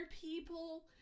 people